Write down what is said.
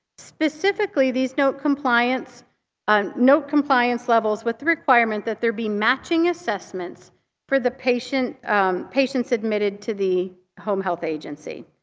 specifically these note compliance um note compliance levels with the requirement that there be matching assessments for the patients patients admitted to the home health agency.